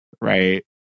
Right